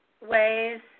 ways